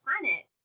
planet